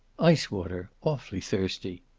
ice water. awfully thirsty.